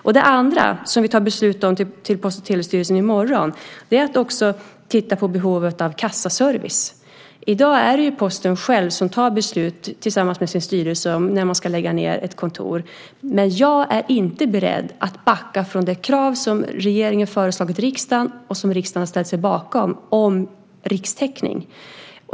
En annan sak som vi fattar beslut om i Post och telestyrelsen i morgon är att titta på behovet av kassaservice. I dag är det ju Posten själv som fattar beslut tillsammans med sin styrelse om när man ska lägga ned ett kontor. Jag är inte beredd att backa från det krav som regeringen har föreslagit riksdagen och som riksdagen har ställt sig bakom om rikstäckning.